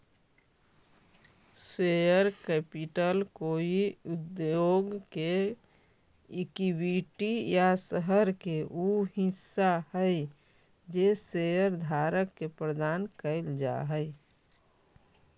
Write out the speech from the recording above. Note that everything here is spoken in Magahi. शेयर कैपिटल कोई उद्योग के इक्विटी या शहर के उ हिस्सा हई जे शेयरधारक के प्रदान कैल जा हई